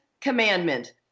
commandment